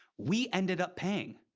we ended up paying.